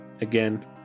again